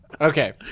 Okay